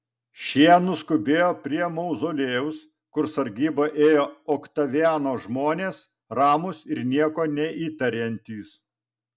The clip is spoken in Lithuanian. šie nuskubėjo prie mauzoliejaus kur sargybą ėjo oktaviano žmonės ramūs ir nieko neįtariantys